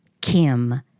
Kim